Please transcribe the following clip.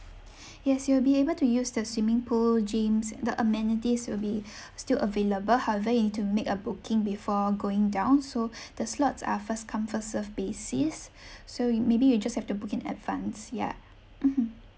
yes you'll be able to use the swimming pool gyms the amenities will be still available however you need to make a booking before going down so the slots are first come first serve basis so you maybe you just have to book in advance ya mmhmm